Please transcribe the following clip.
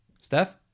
Steph